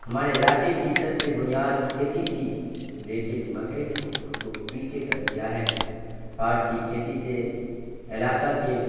ہمارے علاقے کی سب سے بنیاد کھیتی تھی لیکن مکئی نے اس کو پیچھے کر دیا ہے پاٹ کی کھیتی سے علاقہ کے